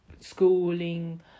schooling